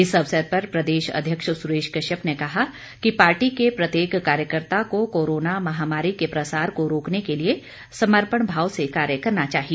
इस अवसर पर प्रदेश अध्यक्ष सुरेश कश्यप ने कहा कि पार्टी के प्रत्येक कार्यकर्ता को कोरोना महामारी के प्रसार को रोकने के लिए समर्पण भाव से कार्य करना चाहिए